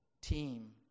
team